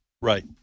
Right